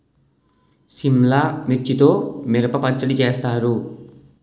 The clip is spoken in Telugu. సిమ్లా మిర్చితో మిరప పచ్చడి చేస్తారు